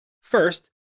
First